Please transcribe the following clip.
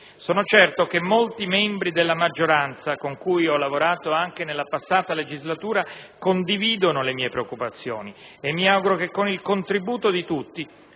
Sono certo che molti membri della maggioranza con cui ho lavorato anche nella passata legislatura condividono le mie preoccupazioni e mi auguro che con il contributo di tutti